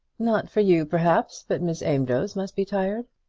not for you, perhaps but miss amedroz must be tired.